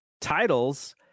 titles